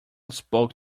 spoke